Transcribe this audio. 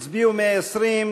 הצביעו 120,